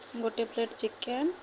ଗୋଟେ plate chicken